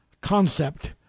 concept